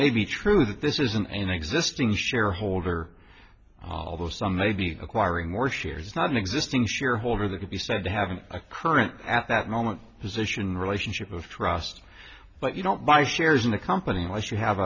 may be true that this isn't an existing shareholder although some may be acquiring more shares not an existing shareholder that could be said to have a current at that moment position relationship of trust but you don't buy shares in a company unless you